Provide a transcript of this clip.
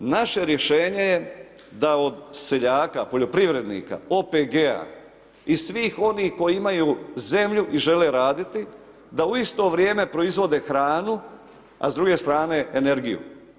Naše rješenje je da od seljaka, poljoprivrednika, OPG-a i svih onih koji imaju zemlju i žele raditi da u isto vrijeme proizvode hranu a s druge strane energiju.